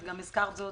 את גם הזכרת זאת,